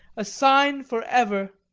a sign for ever